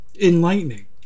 enlightening